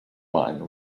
wine